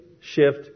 shift